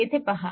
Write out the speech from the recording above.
येथे पहा